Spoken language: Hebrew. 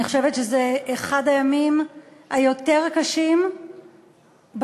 אני חושבת שזה אחד הימים היותר-קשים בכנסת,